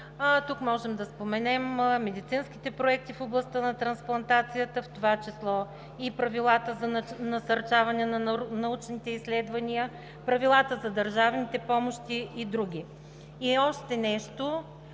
Тук може да споменем медицинските проекти в областта на трансплантацията, в това число правилата за насърчаване на научните изследвания, правилата за държавните помощи и други. И още нещо: